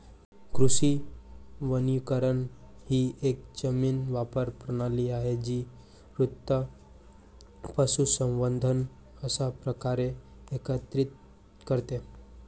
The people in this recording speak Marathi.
कृषी वनीकरण ही एक जमीन वापर प्रणाली आहे जी वृक्ष, पशुसंवर्धन अशा प्रकारे एकत्रित करते